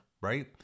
right